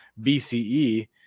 BCE